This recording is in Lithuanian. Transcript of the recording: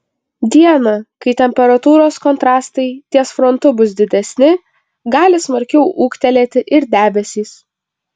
dieną kai temperatūros kontrastai ties frontu bus didesni gali smarkiau ūgtelėti ir debesys